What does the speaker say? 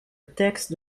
texte